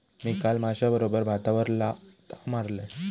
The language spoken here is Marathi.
मी काल माश्याबरोबर भातावर ताव मारलंय